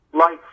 Life